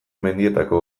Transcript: mendietako